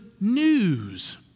news